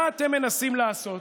מה אתם מנסים לעשות?